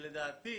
לדעתי,